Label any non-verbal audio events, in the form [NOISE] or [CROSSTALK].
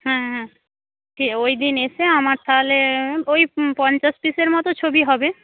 হুম হুম [UNINTELLIGIBLE] ওই দিন এসে আমার তাহলে [UNINTELLIGIBLE] ওই পঞ্চাশ পিসের মত ছবি হবে